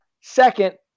second